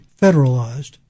federalized